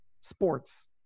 sports